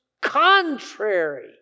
contrary